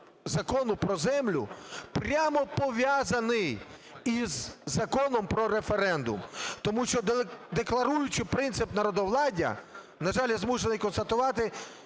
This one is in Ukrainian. Закону про землю прямо пов'язаний із Законом про референдум, тому що, декларуючи принцип народовладдя, на жаль, я змушений констатувати,